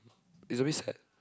is a bit sad